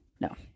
No